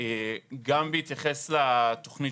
גם בהתייחס לתוכנית